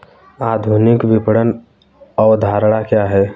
आधुनिक विपणन अवधारणा क्या है?